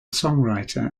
songwriter